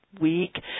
week